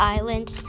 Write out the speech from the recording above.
Island